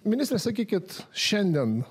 ministre sakykit šiandien